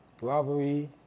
Robbery